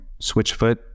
Switchfoot